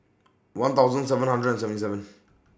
one thousand seven hundred and seventy seven